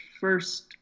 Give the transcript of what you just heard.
first